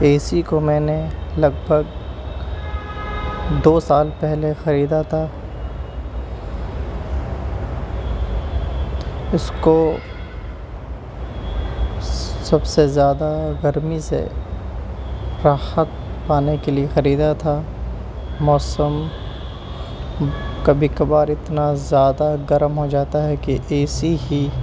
اے C کو میں نے لگ بھگ دو سال پہلے خریدا تھا اس کو سب سے زیادہ گرمی سے راحت پانے کے لیے خریدا تھا موسم کبھی کبھار اتنا زیادہ گرم ہو جاتا ہے کہ اے سی ہی